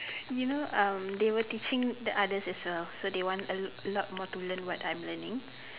you know um they were teaching the others as well so they want a l~ lot more to learn what I'm learning